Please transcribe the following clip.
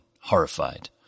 horrified